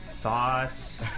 thoughts